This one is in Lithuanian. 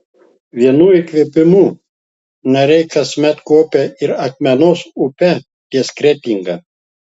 vienu įkvėpimu narai kasmet kuopia ir akmenos upę ties kretinga